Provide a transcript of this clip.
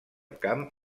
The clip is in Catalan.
camp